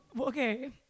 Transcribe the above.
okay